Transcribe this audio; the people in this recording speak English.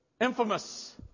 infamous